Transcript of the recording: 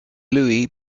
louie